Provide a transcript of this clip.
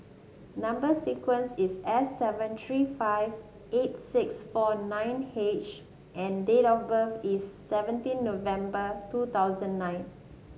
number sequence is S seven three five eight six four nine H and date of birth is seventeen November two thousand nine